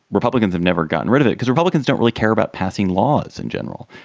republicans have never gotten rid of it because republicans don't really care about passing laws in general.